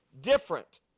different